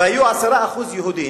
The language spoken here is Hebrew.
היו 10% יהודים.